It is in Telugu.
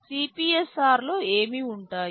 సిపిఎస్ఆర్లో ఏమి ఉంటాయి